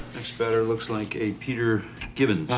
looks better. looks like a peter gibbins.